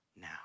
now